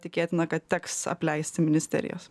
tikėtina kad teks apleisti ministerijas